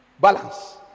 balance